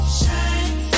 shine